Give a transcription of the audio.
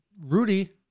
Rudy